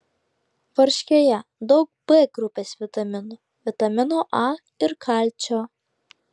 varškėje daug b grupės vitaminų vitamino a ir kalcio